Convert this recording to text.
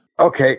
Okay